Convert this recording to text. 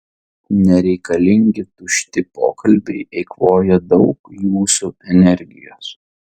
nereikalingi tušti pokalbiai eikvoja daug jūsų energijos